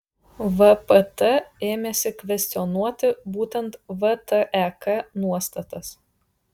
vpt ėmėsi kvestionuoti būtent vtek nuostatas